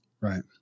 Right